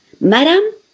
Madam